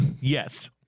Yes